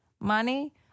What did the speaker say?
money